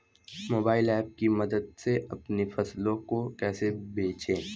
Mobile app की मदद से अपनी फसलों को कैसे बेचें?